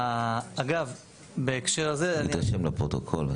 את השם לפרוטוקול.